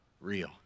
real